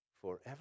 forever